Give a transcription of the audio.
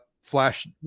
flash